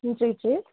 जी जी